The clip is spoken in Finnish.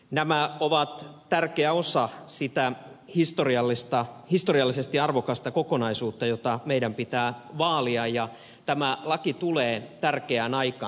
nämä ovat tärkeä osa sitä historiallisesti arvokasta kokonaisuutta jota meidän pitää vaalia ja tämä laki tulee tärkeään aikaan